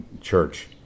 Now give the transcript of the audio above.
church